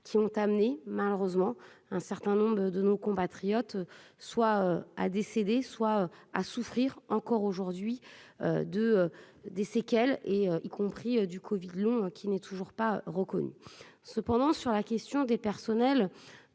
qui ont amené malheureusement un certain nombre de nos compatriotes soient à soit à souffrir encore aujourd'hui de des séquelles et y compris du Covid long qui n'est toujours pas reconnu cependant sur la question des personnels